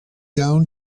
down